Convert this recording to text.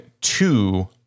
two